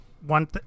One